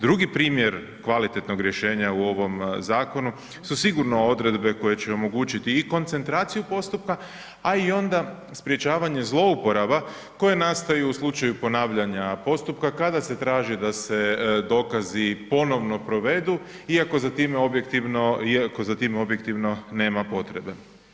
Drugo primjer kvalitetnog rješenja u ovom zakonu su sigurno odredbe koje će omogućiti i koncentraciju postupku a onda i sprječavanje zlouporaba koje nastaju u slučaju ponavljanja postupka kada se traži da se dokazi ponosno provedu iako za time objektivno nema potrebe.